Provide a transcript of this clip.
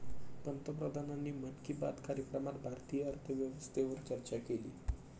पंतप्रधानांनी मन की बात कार्यक्रमात भारतीय अर्थव्यवस्थेवर चर्चा केली